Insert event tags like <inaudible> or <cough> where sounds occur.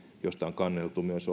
josta on kanneltu myös <unintelligible>